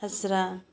हाजिरा